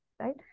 Right